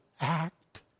act